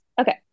Okay